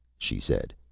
she said.